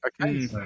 Okay